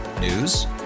News